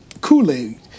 Kool-Aid